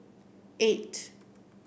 eight